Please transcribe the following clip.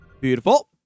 Beautiful